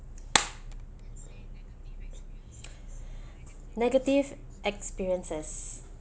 negative experiences